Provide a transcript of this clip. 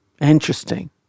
Interesting